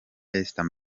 esther